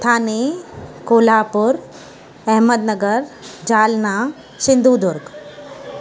Thane Kolhapur Ahmednagar Jalna Sindhudurg